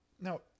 Now